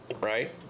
right